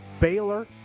Baylor